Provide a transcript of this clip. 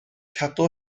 cadw